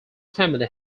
family